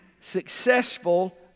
successful